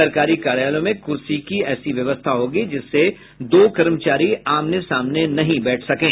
सरकारी कार्यालयों में कुर्सी की ऐसी व्यवस्था होगी जिससे दो कर्मचारी आमने सामने नहीं बैठ सकें